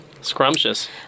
Scrumptious